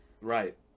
Right